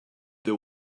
they